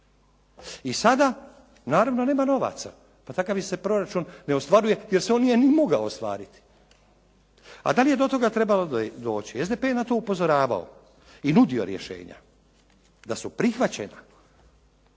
I sada naravno nema novaca. Pa takav proračun se ne ostvaruje jer se on nije ni mogao ostvariti. A da li je do toga trebalo doći? SDP je na to upozoravao i nudio rješenja. Da su prihvaćena,